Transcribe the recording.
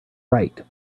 right